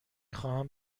خواهم